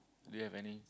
do you have any